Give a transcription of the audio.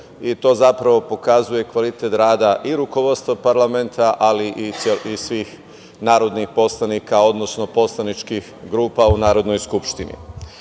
i to zapravo pokazuje kvalitet rada i rukovodstva parlamenta, ali i svih narodnih poslanika, odnosno poslaničkih grupa u Narodnoj skupštini. Na